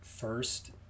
First